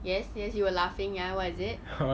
yes yes you were laughing ah what is it